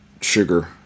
Sugar